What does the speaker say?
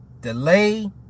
delay